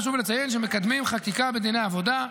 חשוב לציין שמקדמים חקיקה בדיני עבודה,